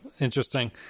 interesting